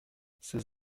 ses